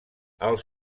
els